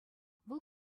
вӑл